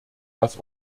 dass